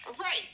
right